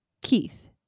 Keith